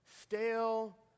stale